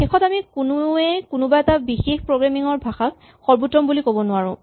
শেষত আমি কোনোৱেই কোনোবা এটা বিশেষ প্ৰগ্ৰেমিং ৰ ভাষাক সৰ্বোত্তম বুলি ক'ব নোৱাৰো